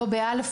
בליגה א',